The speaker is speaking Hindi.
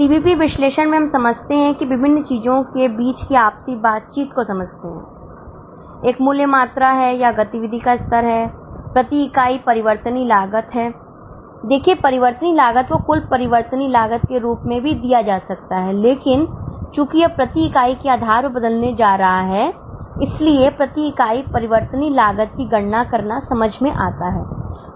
सीवीपी विश्लेषण में हम समझते हैं कि विभिन्न चीजों के बीच की आपसी बातचीत को समझते हैं एक मूल्य मात्रा है या गतिविधि का स्तर है प्रति इकाई परिवर्तनीय लागत है देखिए परिवर्तनीय लागत को कुल परिवर्तनीय लागत के रूप में भी दिया जा सकता है लेकिन चूंकि यह प्रति इकाई के आधार पर बदलने जा रहा है इसलिए प्रति इकाई परिवर्तनीय लागत की गणना करना समझ में आता है